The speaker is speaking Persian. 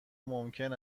ممکن